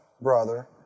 brother